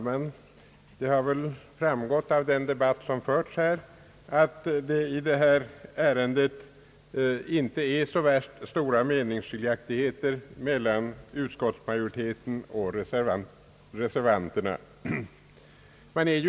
Herr talman! Av den debatt som här har förts har det framgått att det inte föreligger så stora meningsskiljaktigheter mellan utskottsmajoriteten och re servanterna i detta ärende.